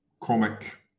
comic